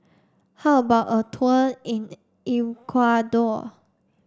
how about a tour in Ecuador